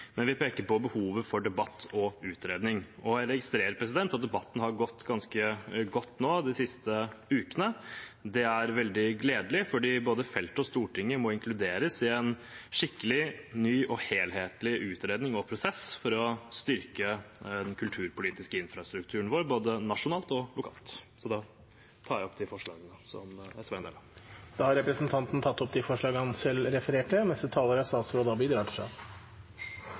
men vi peker på behovet for debatt og utredning. Jeg registrerer at debatten har gått ganske godt de siste ukene. Det er veldig gledelig, for både feltet og Stortinget må inkluderes i en skikkelig, ny og helhetlig utredning og prosess for å styrke den kulturpolitiske infrastrukturen vår, både nasjonalt og lokalt. Jeg tar opp de forslagene SV er en del av. Representanten Freddy André Øvstegård har tatt opp de forslagene han refererte til. Kunsten skal være fri. Det sikrer vi ved at statlige midler til kunst og